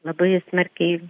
labai smarkiai